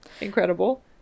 incredible